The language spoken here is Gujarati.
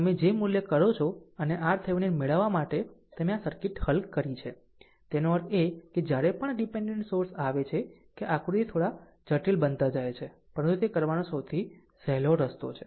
તમે જે મૂલ્ય કરો છો અને RThevenin મેળવવા માટે તમે આ સર્કિટ હલ કરી છે તેનો અર્થ એ કે જ્યારે પણ ડીપેનડેન્ટ સોર્સ આવે છે કે આકૃતિ થોડા જટિલ બનતા જાય છે પરંતુ તે કરવાનો સૌથી સહેલો રસ્તો છે